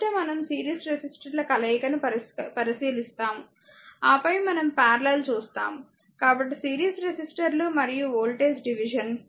మొదట మనం సిరీస్ రెసిస్టర్ల కలయికను పరిశీలిస్తాము ఆపై మనం పారలెల్ చూస్తాము కాబట్టి సిరీస్ రెసిస్టర్లు మరియు వోల్టేజ్ డివిజన్